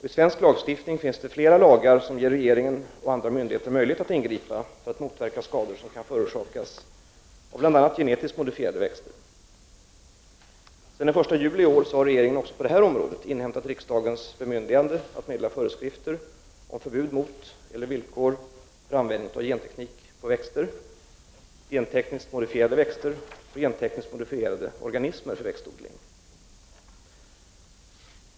I svensk lagstiftning finns det flera lagar som ger regeringen och andra myndigheter möjlighet att ingripa för att motverka skador som kan förorsakas av bl.a. genetiskt modifierade växter. Sedan den 1 juli i år har regeringen även på detta område inhämtat riksdagens bemyndigande att meddela föreskrifter om förbud mot eller villkor för användning av genteknik på växter, gentekniskt modifierade växter och gentekniskt modifierade organismer vid växtodling.